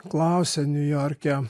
klausia niujorke